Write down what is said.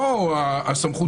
לא הסמכות,